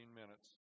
minutes